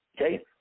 Okay